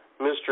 Mr